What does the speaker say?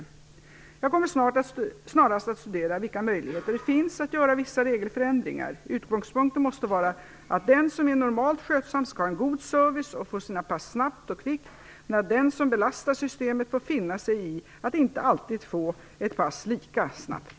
Jag kommer snarast att studera vilka möjligheter det finns att göra vissa regelförändringar. Utgångspunkten måste vara att den som är normalt skötsam skall ha en god service och få sitt pass snabbt och kvickt, men att den som belastar systemet får finna sig i att inte alltid få ett pass lika snabbt.